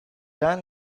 done